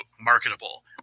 marketable